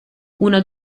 una